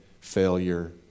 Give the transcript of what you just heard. failure